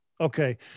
Okay